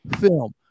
film